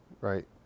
right